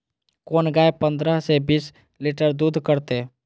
कोन गाय पंद्रह से बीस लीटर दूध करते?